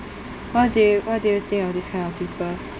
what do you what do you think of this kind of people